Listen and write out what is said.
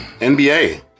NBA